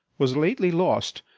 was lately lost,